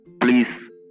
please